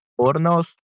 hornos